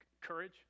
courage